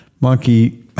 Monkey